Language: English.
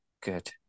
Good